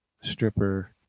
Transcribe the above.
stripper